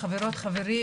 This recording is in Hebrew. חברות וחברים,